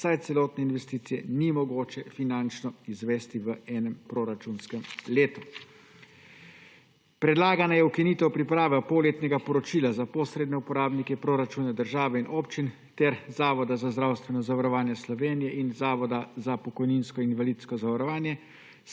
saj celotne investicije ni mogoče finančno izvesti v enem proračunskem letu. Predlagana je ukinitev priprave polletnega poročila za posredne uporabnike proračuna države in občin ter Zavoda za zdravstveno zavarovanje Slovenije in Zavoda za pokojninsko in invalidsko zavarovanje,